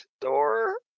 door